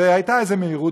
והייתה איזו מהירות,